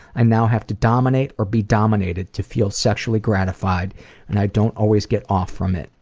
i now have to dominate or be dominated to feel sexually gratified and i don't always get off from it,